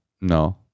No